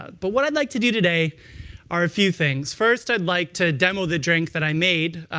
but what i'd like to do today are a few things. first i'd like to demo the drink that i made.